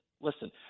listen